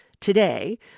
today